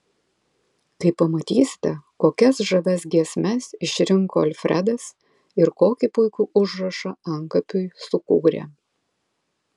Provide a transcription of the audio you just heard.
kai pamatysite kokias žavias giesmes išrinko alfredas ir kokį puikų užrašą antkapiui sukūrė